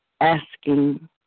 asking